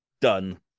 done